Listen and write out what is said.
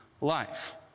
life